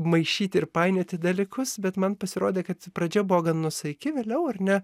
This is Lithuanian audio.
maišyti ir painioti dalykus bet man pasirodė kad pradžia buvo gan nuosaiki vėliau ar ne